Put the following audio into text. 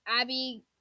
Abby